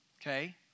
Okay